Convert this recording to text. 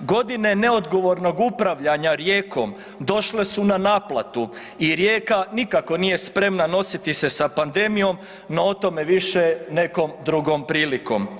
Godine neodgovornog upravljanja Rijekom došle su na naplatu i Rijeka nikako nije spremna nositi se sa pandemijom, no o tome više nekom drugom prilikom.